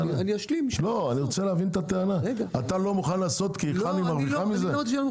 אתה לא מוכן לעשות כי חנ"י מרוויחה מזה?